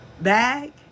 bag